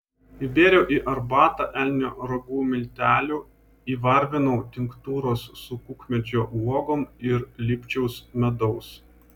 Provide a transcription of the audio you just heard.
įbėriau į arbatą elnio ragų miltelių įvarvinau tinktūros su kukmedžio uogom ir lipčiaus medaus